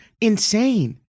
insane